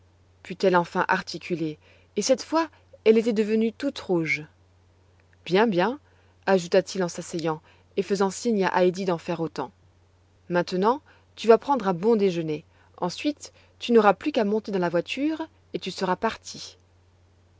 put-elle enfin articuler et cette fois elle était devenue toute rouge bien bien ajouta-t-il en s'asseyant et faisait signe à heidi d'en faire autant maintenant tu vas prendre un bon déjeuner ensuite tu n'auras plus qu'à monter dans la voiture et tu seras partie